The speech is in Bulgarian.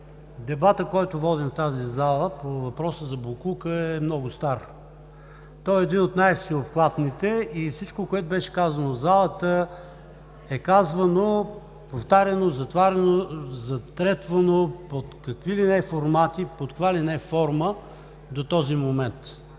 дебатът, който водим в тази зала по въпроса за боклука, е много стар. Той е един от най-всеобхватните и всичко, което беше казано в залата, е казвано, повтаряно, потретвано под какви ли не формати, под каква ли не форма до този момент